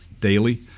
daily